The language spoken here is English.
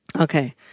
Okay